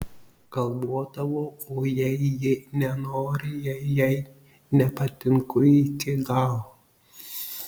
galvodavau o jei ji nenori jei jai nepatinku iki galo